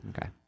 Okay